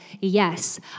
Yes